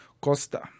Costa